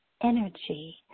energy